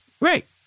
Right